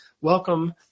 welcome